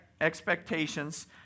expectations